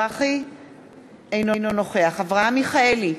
אינו נוכח אברהם מיכאלי,